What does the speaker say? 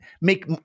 make